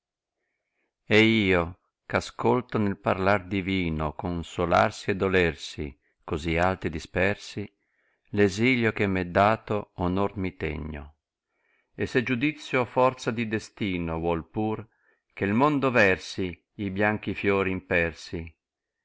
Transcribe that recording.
lucenteed io ch'ascolto nel parlar divino consolarsi e dolersi cosi alti dispersi l esilio che m è dato oner mi tegno e se giudizio o forza di destino tuoi pur che il mondo versi i bianchi fiori in persi